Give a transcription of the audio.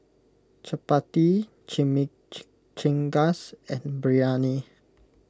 Chapati Chimichangas and Biryani